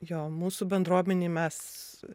jo mūsų bendruomenėj mes